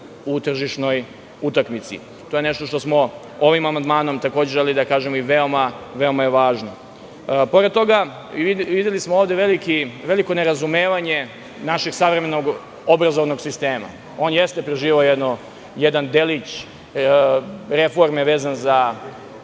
u tržišnoj utakmici. To je nešto što smo ovim amandmanom takođe želeli da kažemo i veoma je važno. Pored toga, videli smo ovde veliko nerazumevanje našeg savremenog obrazovnog sistema. On jeste preživeo jedan delić reforme vezan za